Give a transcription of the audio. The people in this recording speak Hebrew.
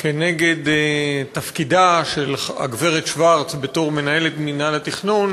נגד תפקידה של הגברת שוורץ כמנהלת מינהל התכנון,